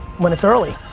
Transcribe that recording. when it's early.